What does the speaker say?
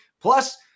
Plus